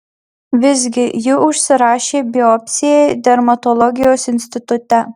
visgi ji užsirašė biopsijai dermatologijos institute